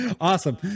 awesome